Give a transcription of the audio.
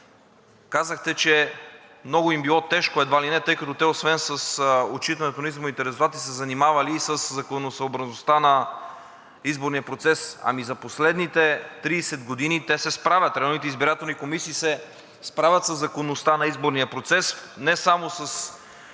Казахте, че много им било тежко едва ли не, тъй като те освен с отчитането на изборните резултати се занимавали и със законосъобразността на изборния процес. Ами за последните 30 години районните избирателни комисии се справят със законността на изборния процес не само в